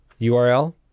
URL